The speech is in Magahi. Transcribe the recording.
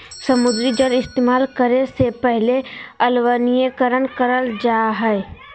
समुद्री जल इस्तेमाल करे से पहले अलवणीकरण करल जा हय